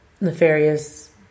nefarious